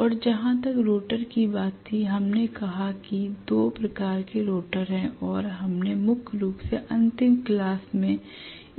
और जहां तक रोटर की बात थी हमने कहा कि दो प्रकार के रोटर हैं और हमने मुख्य रूप से अंतिम क्लास् में